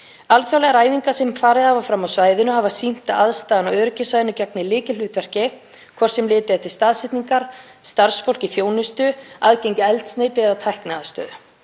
Alþjóðlegar æfingar sem farið hafa fram á svæðinu hafa sýnt að aðstaðan á öryggissvæðinu gegnir lykilhlutverki, hvort sem litið er til staðsetningar, starfsfólks í þjónustu, aðgengi að eldsneyti eða tækniaðstöðu.